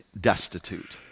destitute